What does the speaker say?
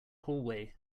hallway